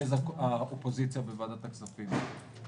מרכז האופוזיציה בוועדת הכספים.